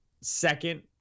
Second